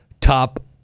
top